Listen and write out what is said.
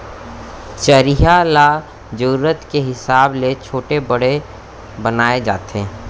चरिहा ल जरूरत के हिसाब ले छोटे बड़े बनाए जाथे